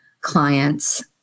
clients